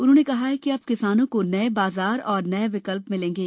उन्होंने कहा कि अब किसानों को नए बाजार और नए विकल्प मिलेंगे